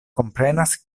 komprenas